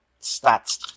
stats